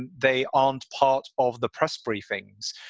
and they aren't part of the press briefings.